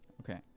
okay